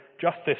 justice